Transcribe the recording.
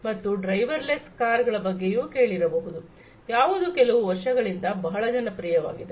ಮತ್ತು driverless car ಗಳ ಬಗ್ಗೆಯೂ ಕೇಳಿರಬಹುದು ಯಾವುದು ಕೆಲವು ವರ್ಷಗಳಿಂದ ಬಹಳ ಜನಪ್ರಿಯವಾಗಿದೆ